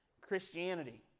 Christianity